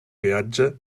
viatge